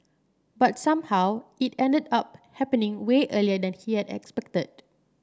but somehow it ended up happening way earlier than he had expected